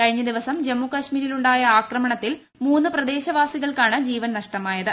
കഴിഞ്ഞ ദിവസം ജമ്മുകശ്മീരിൽ ഉണ്ടായ ആക്രമണത്തിൽ മുന്ന് പ്രദേശവാസികൾക്കാണ് ജീവൻ നഷ്ടമായത്